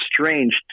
strange